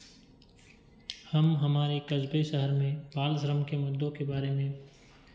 हम हमारे कस्बे शहर में बालश्रम के मुद्दों के बारे में